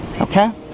Okay